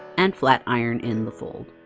and flat iron in the fold.